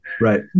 Right